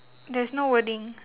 there's no wording